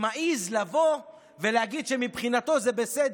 שמעז לבוא ולהגיד שמבחינתו זה בסדר,